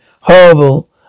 horrible